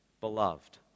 Beloved